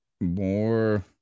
more